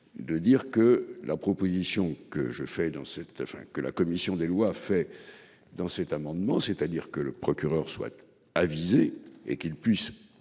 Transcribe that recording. De dire que la proposition que je fais dans cette afin que la commission des lois fait dans cet amendement. C'est-à-dire que le procureur souhaite visée et qu'ils puissent